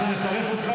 אנחנו נצרף אותך,